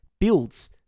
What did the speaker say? builds